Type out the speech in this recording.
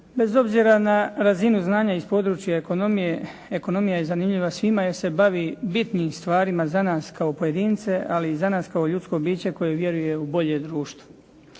Bez obzira na razinu znanja iz područja ekonomije ekonomija je zanimljiva svima jer se bavi bitnim stvarima za nas kao pojedince, ali i za nas kao ljudsko biće koje vjeruje u bolje društvo.